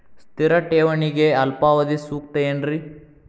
ಸ್ಥಿರ ಠೇವಣಿಗೆ ಅಲ್ಪಾವಧಿ ಸೂಕ್ತ ಏನ್ರಿ?